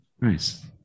Nice